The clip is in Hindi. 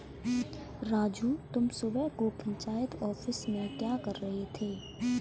राजू तुम सुबह को पंचायत ऑफिस में क्या कर रहे थे?